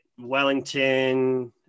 Wellington